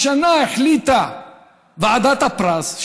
שהשנה החליטה ועדת הפרס,